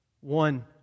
One